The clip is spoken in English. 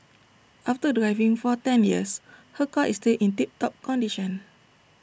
after driving for ten years her car is still in tip top condition